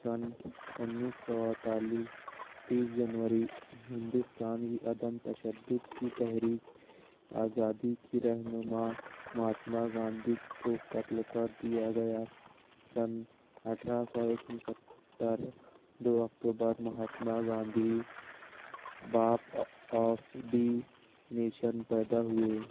سن انیس سو اڑتالیس تیس جنوری ہندوستان کی عدم تشدد کی تحریک آزادی کے رہنما مہاتما گاندھی کو قتل کر دیا گیا سن اٹھارہ سو دو اکتوبر مہاتما گاندھی باپ آف ڈی نیشن پیدا ہوئے